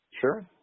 Sure